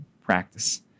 practice